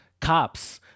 cops